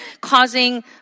causing